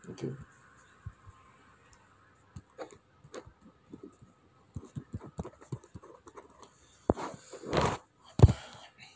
thank you